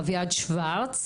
אביעד שוורץ,